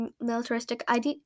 militaristic